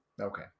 Okay